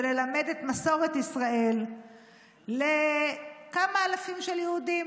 ללמד את מסורת ישראל לכמה אלפים של יהודים.